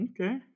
okay